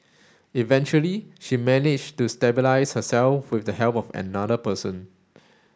eventually she managed to stabilise herself with the help of another person